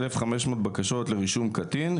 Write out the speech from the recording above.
1500 בקשות לרישום קטין,